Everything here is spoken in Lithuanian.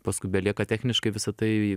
paskui belieka techniškai visa tai